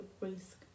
risk